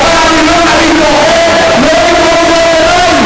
חלק מהם העלו את הדרישה הזאת.